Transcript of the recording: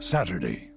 Saturday